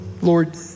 Lord